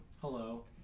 hello